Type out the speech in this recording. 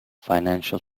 financial